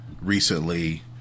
recently